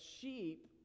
sheep